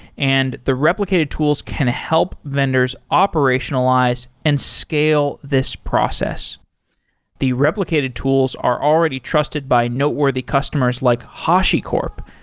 and the replicated tools can help vendors operationalize and scale this process the replicated tools are already trusted by noteworthy customers like hashicorp,